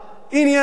עניינית,